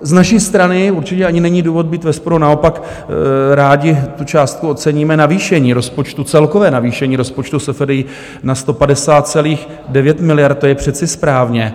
Z naší strany určitě ani není důvod být ve sporu, naopak rádi tu částku oceníme, navýšení rozpočtu, celkové navýšení rozpočtu SFDI na 150,9 miliardy, to je přece správně.